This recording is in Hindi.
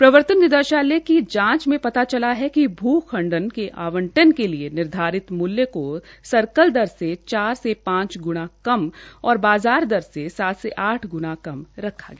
प्रवर्तन निदेशालय की जांच में पता चला कि भू खंड के आंवटन के लिए निर्धारित मूल्य को सर्कल दर से चार से पांच ग्णा कम और बाज़ार दर से सात से आठ ग्णा कम रखा गया